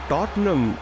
Tottenham